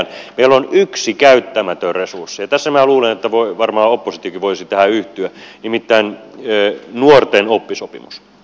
meillä on yksi käyttämätön resurssi ja minä luulen että varmaan oppositiokin voisi tähän yhtyä nimittäin nuorten oppisopimus